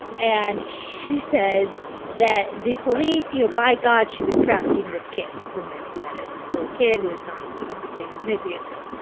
and she says that the police you know, by god, she was trafficking this kid, this woman who had a little kid who was not of the same ethnicity as her